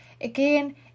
Again